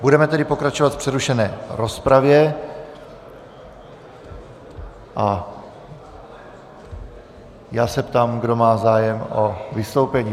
Budeme tedy pokračovat v přerušené rozpravě a já se ptám, kdo má zájem o vystoupení.